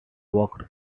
walked